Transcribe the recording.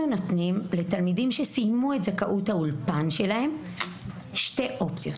אנחנו נותנים לתלמידים שסיימו את זכאות האולפן שלהם שתי אופציות: